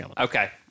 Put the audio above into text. Okay